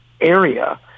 area